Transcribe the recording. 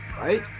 right